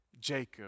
Jacob